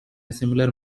similar